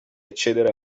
accedere